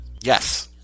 yes